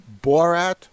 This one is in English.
Borat